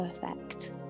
perfect